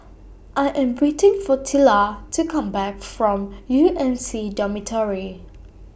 I Am waiting For Tilla to Come Back from U M C Dormitory